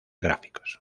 gráficos